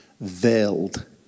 veiled